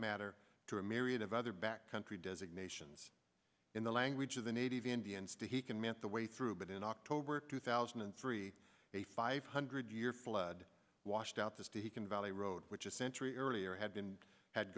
matter to a myriad of other back country designations in the language of the native indians to he can meant the way through but in october two thousand and three a five hundred year flood washed out this deacon valley road which a century earlier had been had